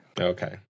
Okay